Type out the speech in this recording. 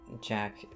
jack